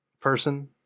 person